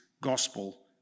gospel